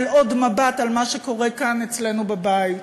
עוד מבט על מה שקורה כאן אצלנו בבית.